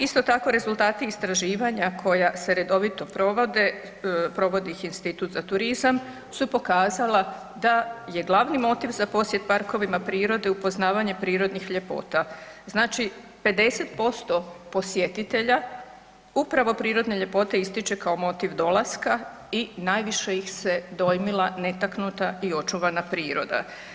Isto tako rezultati istraživanja koja se redovito provode, provodi ih Institut za turizam, su pokazala da je glavni motiv za posjet parkovima prirode upoznavanje prirodnih ljepota, znači 50% posjetitelja upravo prirodne ljepote ističe kao motiv dolaska i najviše ih se dojmila netaknuta i očuvana priroda.